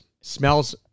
Smells